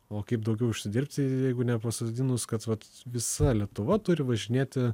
o kaip daugiau užsidirbti jeigu nepasodinus kad vat visa lietuva turi važinėti